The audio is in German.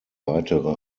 weitere